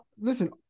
listen